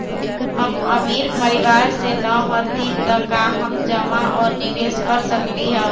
हम अमीर परिवार से न हती त का हम जमा और निवेस कर सकली ह?